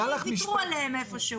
ויתרו עליהם איפשהו.